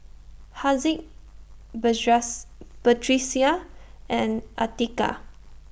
Haziq Batrisya and Atiqah